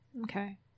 okay